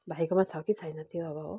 भाइकोमा छ कि छैन त्यो अब हो